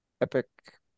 Epic